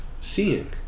seeing